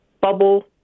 bubble